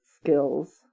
skills